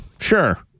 sure